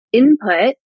input